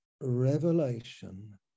revelation